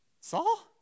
Saul